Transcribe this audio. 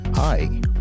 Hi